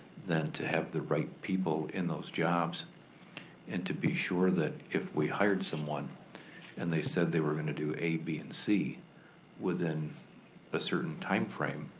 than to have the right people in those jobs and to be sure that if we hired someone and they said they were gonna do a, b and c within a certain time frame,